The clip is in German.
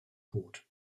bot